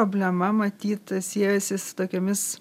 problema matyt siejosi su tokiomis